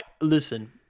listen